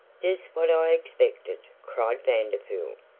just what i expected, cried vanderpool.